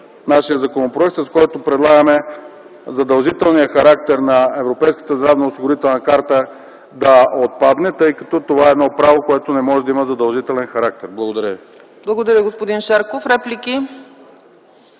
нашия законопроект, с който предлагаме задължителният характер за европейската здравноосигурителна карта да отпадне, тъй като това е право, което не може да има задължителен характер. Благодаря. ПРЕДСЕДАТЕЛ ЦЕЦКА ЦАЧЕВА: Благодаря, господин Шарков. РЕПЛИКИ?